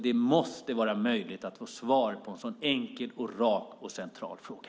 Det måste vara möjligt att få ett svar på en sådan enkel, rak och central fråga.